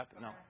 No